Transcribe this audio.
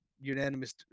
unanimous